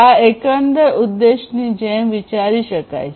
આ એકંદર ઉદ્દેશની જેમ વિચારી શકાય છે